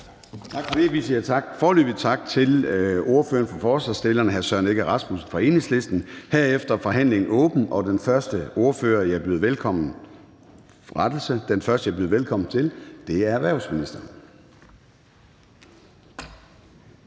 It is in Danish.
Gade): Vi siger foreløbig tak til ordføreren for forslagsstillerne, hr. Søren Egge Rasmussen fra Enhedslisten. Herefter er forhandlingen åbnet, og den første, jeg byder velkommen til, er erhvervsministeren.